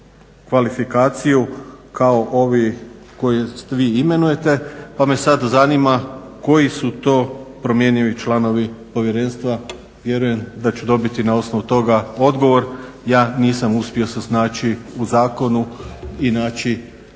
kvalifikaciju kao ovi koje vi imenujete pa me sad zanima koji su to promjenjivi članovi povjerenstva. Vjerujem da ću dobiti na osnovu toga odgovor. Ja nisam uspio se snaći u zakonu i naći